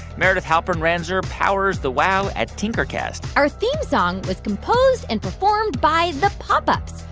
meredith halpern-ranzer powers the wow at tinkercast our theme song was composed and performed by the pop ups.